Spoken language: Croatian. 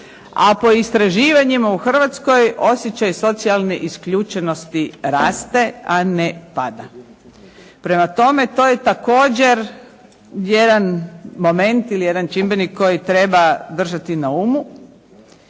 a po istraživanjima u Hrvatskoj osjećaj socijalne isključenosti raste, a ne pada. Prema tome, to je također jedan moment ili jedan čimbenik koji treba držati na umu